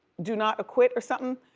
do not acquit or something.